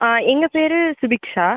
ஆ எங்கள் பேர் சுபிக்ஷா